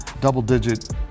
double-digit